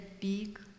big